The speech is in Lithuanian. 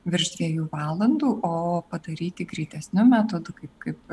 virš dviejų valandų o padaryti greitesniu metodu kaip kaip